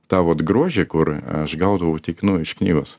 tą vat grožį kur aš gaudavau tik nu iš knygos